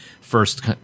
first